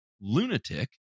lunatic